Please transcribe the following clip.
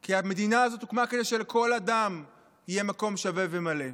כי המדינה הזאת הוקמה כדי שלכל אדם יהיה מקום שווה ומלא.